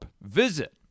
Visit